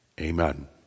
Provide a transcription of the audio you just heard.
Amen